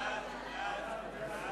סעיפים 1 5